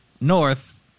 north